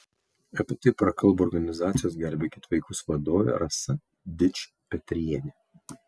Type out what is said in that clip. apie tai prakalbo organizacijos gelbėkit vaikus vadovė rasa dičpetrienė